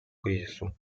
кризису